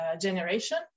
generation